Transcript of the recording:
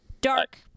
dark